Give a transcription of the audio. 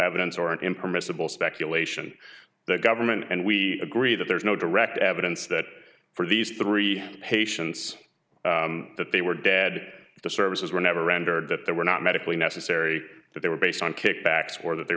evidence or an impermissible speculation the government and we agree that there is no direct evidence that for these three patients that they were dead the services were never rendered that they were not medically necessary that they were based on kickbacks or that they